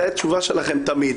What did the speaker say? זה התשובה שלכם תמיד.